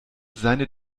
seine